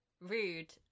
rude